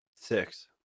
six